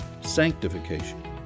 sanctification